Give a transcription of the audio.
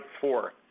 four